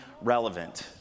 relevant